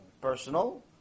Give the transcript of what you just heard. personal